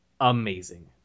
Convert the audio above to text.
amazing